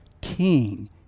king